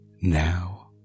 Now